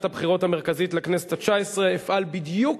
הבחירות המרכזית לכנסת התשע-עשרה אפעל בדיוק